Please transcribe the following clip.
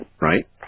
Right